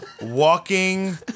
walking